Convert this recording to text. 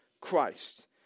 Christ